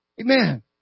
Amen